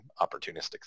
opportunistic